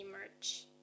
merch